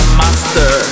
master